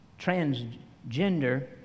transgender